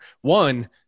one